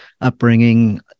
upbringing